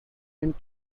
and